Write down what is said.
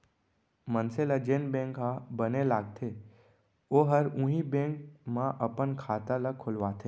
मनसे ल जेन बेंक ह बने लागथे ओहर उहीं बेंक म अपन खाता ल खोलवाथे